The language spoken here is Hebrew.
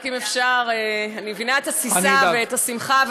רק אם אפשר, אני מבינה את התסיסה ואת השמחה.